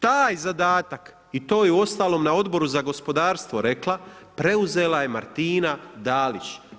Taj zadatak i to je uostalom i na Odboru za gospodarstvu rekla, preuzela je Martina Dalić.